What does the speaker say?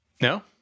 No